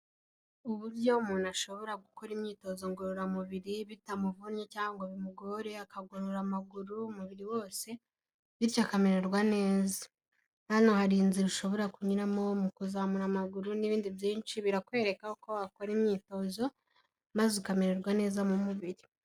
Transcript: Uburyo umuntu ashobora gukora imyitozo ngororamubiri bitamuvunnye cyangwa ngo bimugore, akagorora amaguru, umubiri wose, bityo akamererwa neza. Hano hari inzira ushobora kunyuramo mu kuzamura amaguru n'ibindi byinshi birakwereka uko wakora imyitozo maze ukamererwa neza mu mubiri.